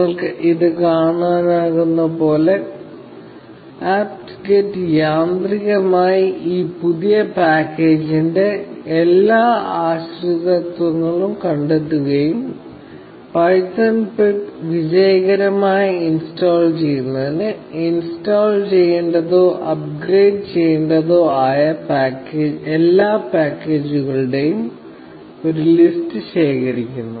നിങ്ങൾക്ക് ഇവിടെ കാണാനാകുന്നതുപോലെ apt get യാന്ത്രികമായി ഈ പുതിയ പാക്കേജിന്റെ എല്ലാ ആശ്രിതത്വങ്ങളും കണ്ടെത്തുകയും പൈത്തൺ പിപ്പ് വിജയകരമായി ഇൻസ്റ്റാൾ ചെയ്യുന്നതിന് ഇൻസ്റ്റാൾ ചെയ്യേണ്ടതോ അപ്ഗ്രേഡ് ചെയ്യേണ്ടതോ ആയ എല്ലാ പാക്കേജുകളുടെയും ഒരു ലിസ്റ്റ് ശേഖരിക്കുന്നു